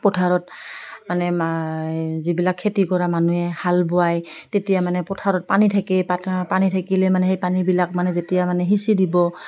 পথাৰত মানে যিবিলাক খেতি কৰা মানুহে হাল বোৱাই তেতিয়া মানে পথাৰত পানী থাকে পানী থাকিলে মানে সেই পানীবিলাক মানে যেতিয়া মানে সিঁচি দিব